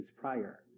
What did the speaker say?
prior